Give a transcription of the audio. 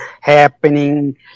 happening